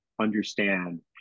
understand